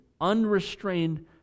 Unrestrained